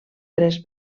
tres